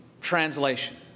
translation